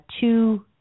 two